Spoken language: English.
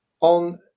on